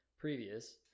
previous